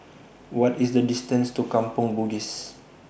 What IS The distance to Kampong Bugis